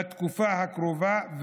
בתקופה הקרובה,